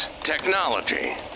technology